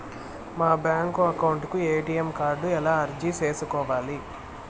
మా bank account కు ATM card ఎలా అర్జీ సేసుకోవాలి?